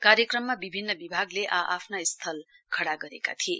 कार्यक्रममा विभिन विभागले आ आफ्ना स्थल खडा गरेका थिए